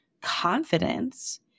confidence